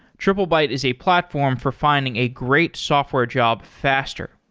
triplebyte is a platform for finding a great software job faster.